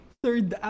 third